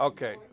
Okay